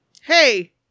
Hey